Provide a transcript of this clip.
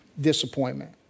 disappointment